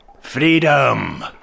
Freedom